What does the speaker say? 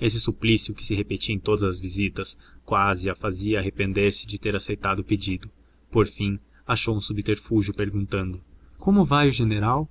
esse suplício que se repetia em todas as visitas quase a fazia arrepender-se de ter aceitado o pedido por fim achou um subterfúgio perguntando como vai o general